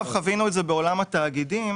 חווינו בעולם התאגידים